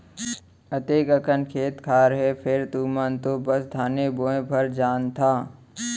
अतेक अकन खेत खार हे फेर तुमन तो बस धाने बोय भर जानथा